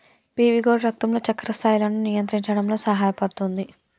PV gourd రక్తంలో చక్కెర స్థాయిలను నియంత్రించడంలో సహాయపుతుంది